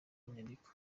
nyandiko